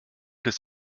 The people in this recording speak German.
des